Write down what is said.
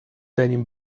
denim